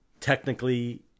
Technically